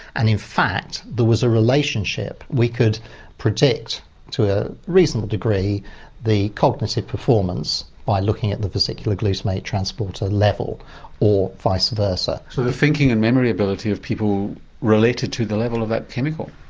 and in fact there was a relationship. we could predict to a reasonable degree the cognitive performance by looking at the vesicular glutamate transporter level or vice versa. so the thinking and memory ability of people related to the level of that chemical.